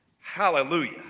Hallelujah